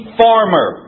farmer